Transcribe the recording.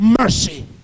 mercy